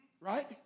right